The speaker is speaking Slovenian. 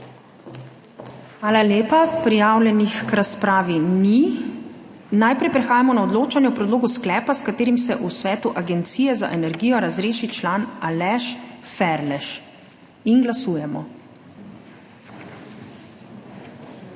Hvala lepa. Prijavljenih k razpravi ni. Najprej prehajamo na odločanje o predlogu sklepa, s katerim se v svetu Agencije za energijo razreši član Aleš Ferlež. Glasujemo.